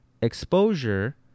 exposure